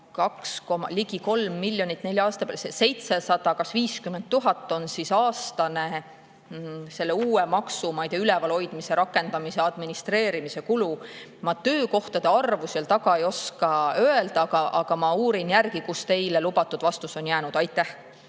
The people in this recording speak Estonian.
3 miljonit nelja aasta peale – 750 000 eurot selle uue maksu ülevalhoidmise, rakendamise, administreerimise kulu. Ma töökohtade arvu ei oska öelda, aga ma uurin järele, kuhu teile lubatud vastus on jäänud. Aitäh!